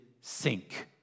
sink